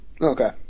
Okay